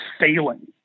failing